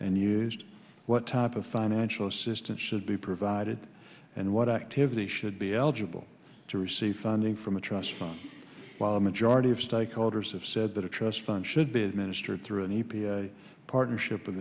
and used what type of financial assistance should be provided and what activities should be eligible to receive funding from a trust fund while a majority of stakeholders have said that a trust fund should be administered through an e p a partnership with